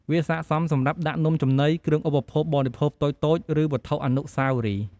វាស័ក្តិសមសម្រាប់ដាក់នំចំណី គ្រឿងឧបភោគបរិភោគតូចៗ ឬវត្ថុអនុស្សាវរីយ៍។